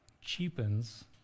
cheapens